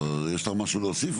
יש לך משהו להוסיף?